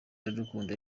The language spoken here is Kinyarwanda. iradukunda